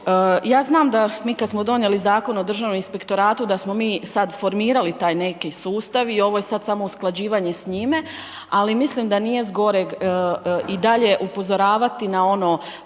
Ja znam da mi kad smo donijeli Zakon o Državnom inspektoratu da smo mi sad formirali taj neki sustav i ovo je sad samo usklađivanje s njime, ali mislim da nije zgorega i dalje upozoravati na ono